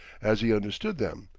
as he understood them,